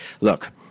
look